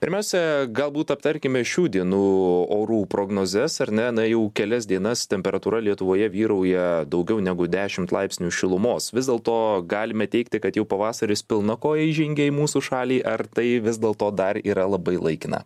pirmiausia galbūt aptarkime šių dienų orų prognozes ar ne na jau kelias dienas temperatūra lietuvoje vyrauja daugiau negu dešimt laipsnių šilumos vis dėlto galime teigti kad jau pavasaris pilna koja įžengė į mūsų šalį ar tai vis dėlto dar yra labai laikina